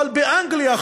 אבל באנגליה,